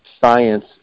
science